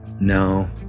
No